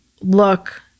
look